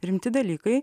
rimti dalykai